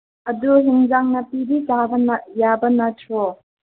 ꯑꯗꯨ ꯑꯦꯟꯁꯥꯡ ꯅꯥꯄꯤꯗꯤ ꯆꯥꯕꯅ ꯌꯥꯕ ꯅꯠꯇ꯭ꯔꯣ